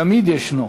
תמיד ישנו.